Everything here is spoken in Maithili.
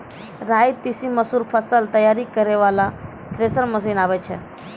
राई तीसी मसूर फसल तैयारी करै वाला थेसर मसीन आबै छै?